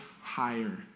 higher